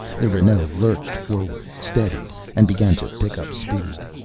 the renault lurched forward, steadied, and began to pick up speed.